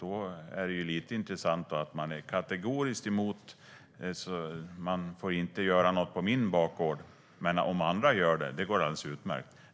Då är det lite intressant att man är kategoriskt emot - ingen får göra något på min bakgård - men om andra gör det går det alldeles utmärkt.